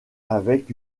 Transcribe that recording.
avec